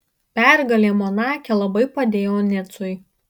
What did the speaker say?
pergalė monake labai padėjo nicui